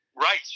Right